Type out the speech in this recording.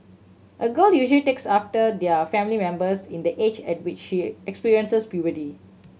a girl usually takes after her family members in the age at which she experiences puberty